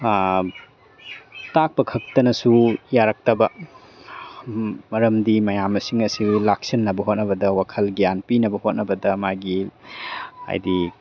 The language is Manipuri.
ꯇꯥꯛꯄ ꯈꯛꯇꯅꯁꯨ ꯌꯥꯔꯛꯇꯕ ꯃꯔꯝꯗꯤ ꯃꯌꯥꯝꯁꯤꯡ ꯑꯁꯤ ꯂꯥꯛꯁꯤꯟꯅꯕ ꯍꯣꯠꯅꯕꯗ ꯋꯥꯈꯜ ꯒ꯭ꯌꯥꯟ ꯄꯤꯅꯕ ꯍꯣꯠꯅꯕꯗ ꯃꯥꯒꯤ ꯍꯥꯏꯗꯤ